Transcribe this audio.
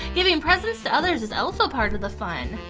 giving presents to others is also part of the fun.